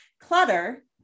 Clutter